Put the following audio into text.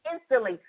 instantly